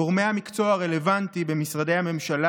גורמי המקצוע הרלוונטיים במשרדי הממשלה